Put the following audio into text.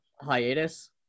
hiatus